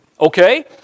okay